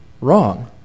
wrong